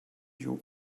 you